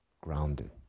grounded